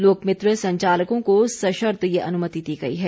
लोकमित्र संचालकों को सशर्त ये अनुमति दी गई है